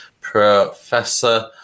Professor